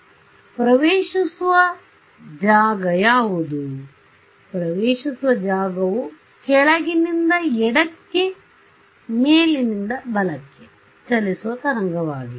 ಆದ್ದರಿಂದ ಪ್ರವೇಷಿಸುವ ಜಾಗ ಯಾವುದು ಪ್ರವೇಷಿಸುವ ಜಾಗವು ಕೆಳಗಿನಿಂದ ಎಡಕ್ಕೆ ಮೇಲಿನಿಂದ ಬಲಕ್ಕೆ ಚಲಿಸುವ ತರಂಗವಾಗಿದೆ